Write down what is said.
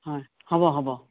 হয় হ'ব হ'ব